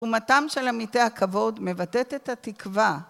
תרומתם של עמיתי הכבוד מבטאת את התקווה